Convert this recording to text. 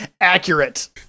Accurate